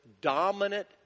dominant